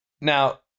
now